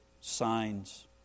signs